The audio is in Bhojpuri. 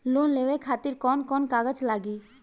लोन लेवे खातिर कौन कौन कागज लागी?